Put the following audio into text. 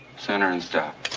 center and stop.